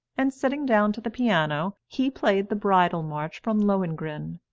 and sitting down to the piano, he played the bridal march from lohengrin,